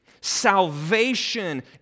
Salvation